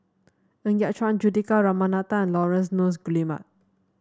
Ng Yat Chuan Juthika Ramanathan Laurence Nunns Guillemard